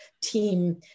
team